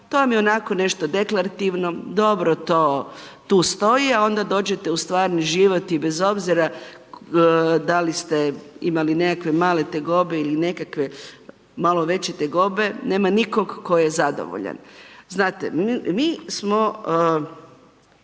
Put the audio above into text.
to vam je onako nešto deklarativno, dobro to tu stoji, a onda dođete u stvarni život i bez obzira da li ste imali nekakve male tegobe ili nekakve malo veće tegobe, nema nikog tko je zadovoljan. Znate, mi smo